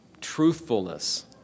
Truthfulness